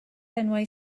enwau